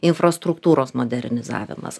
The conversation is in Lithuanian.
infrastruktūros modernizavimas